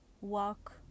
walk